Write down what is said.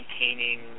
maintaining